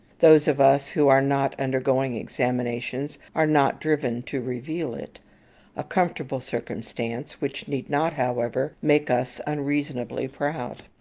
those of us who are not undergoing examinations are not driven to reveal it a comfortable circumstance, which need not, however, make us unreasonably proud.